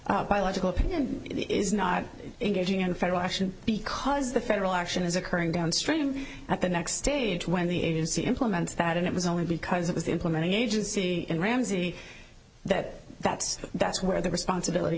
the biological opinion is not engaging in federal action because the federal action is occurring downstream at the next stage when the agency implements that and it was only because it was the implementing agency in ramsey that that's that's where the responsibility